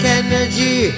energy